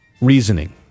Reasoning